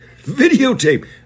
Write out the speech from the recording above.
Videotape